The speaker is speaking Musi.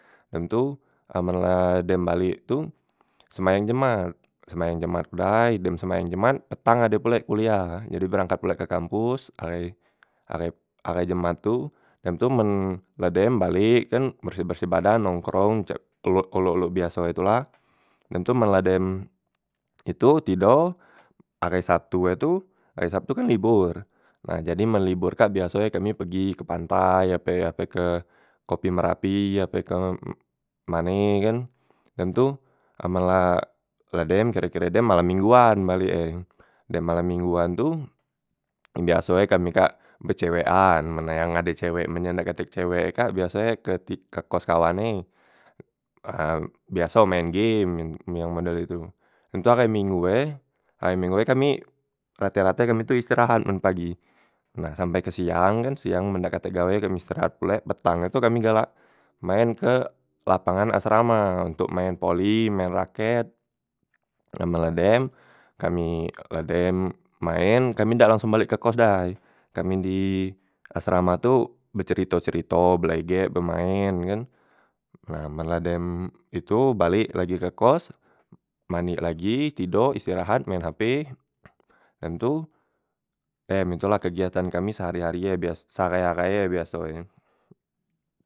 Dem tu amen la dem balek tu sembayang jemat, sembayang jemat ku dai dem sembayang jemat petang ade pulek kuliah, jadi berangkat pulek ke kampos ahai ahai ahai jemat tu, dem tu men la dem balek kan berseh- berseh badan nongkrong cak olok olok- olok biaso e tu la, dem tu men la dem tu tido, ahai sabtu e tu ahai sabtu kan libor nah jadi men libor kak biaso e kami pegi ke pantai ape ape ke kopi merapi ape kemane ye kan, dem tu amen la la dem kire- kire dem malam mingguan balek e, dem malam mingguan tu biaso e kami kak be cewek an men yang ade cewek men yang dak katek cewek kak biaso e ke ti ke kos kawan e, ha biaso main game ma main yang model itu. Dem tu ahai minggu e ahai minggu e kami rate- rate kami tu istirahat men pagi, nah sampai ke siang kan siang kan men dak katek gawek istirahat pulek petangnye tu kami galak main ke lapangan asrama ntok main poli main raket, nah men la dem kami la dem main kami dak langsong balek ke kos dai, kami di asrama tu becerito- cerito belegek bemaen kan, nah men la dem itu balek lagi ke kos, manik lagi tidok istirahat maen hp, dem tu dem itu la kegiatan kami sehari- hari e bias seahai- ahai e biaso e